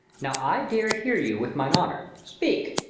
now i dare hear you with mine honour. speak.